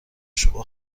شما